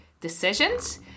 decisions